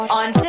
on